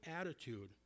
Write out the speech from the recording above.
attitude